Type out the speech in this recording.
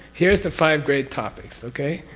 here's the five great topics. okay?